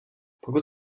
pokud